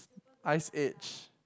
Ice Edge